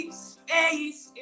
space